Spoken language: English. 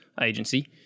agency